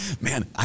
Man